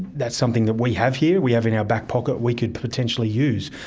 that's something that we have here we have in our back pocket we could potentially use.